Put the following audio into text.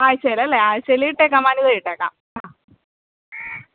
ആഴ്ചയിൽ അല്ലെ ആഴ്ചയിൽ ഇട്ടേക്കാം വനിത ഇട്ടേക്കാം ആ